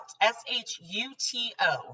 S-H-U-T-O